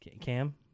Cam